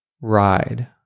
Ride